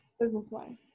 business-wise